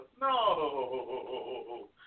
No